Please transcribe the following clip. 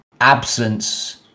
absence